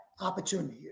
opportunity